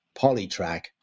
Polytrack